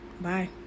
Bye